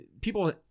People